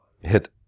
hit